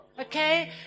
Okay